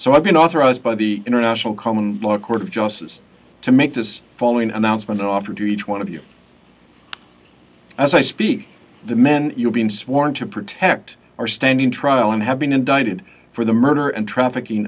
so i've been authorized by the international common law court of justice to make this following announcement offer to each one of you as i speak the men you've been sworn to protect are standing trial and have been indicted for the murder and trafficking